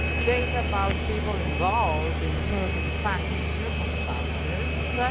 data about people involved in certain facts and circumstances